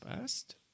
first